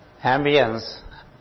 ambience